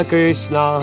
Krishna